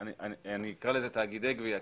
אני אקרא לזה תאגידי גבייה,